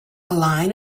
line